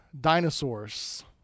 dinosaurs